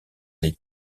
les